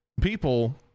people